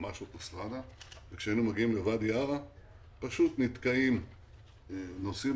וכשהיינו מגיעים לוואדי ערה פשוט נתקעים ונוסעים